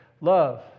love